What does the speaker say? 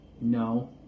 no